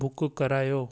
book करायो